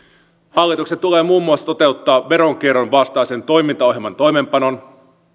hallituksen tulee muun muassa toteuttaa veronkierron vastaisen toimintaohjelman toimeenpano